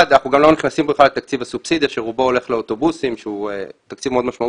לחדד הכול, אבל העיקר, אני חושב